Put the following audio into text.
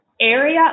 area